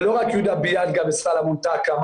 זה לא רק יהודה ביאדגה וסלומון טקה,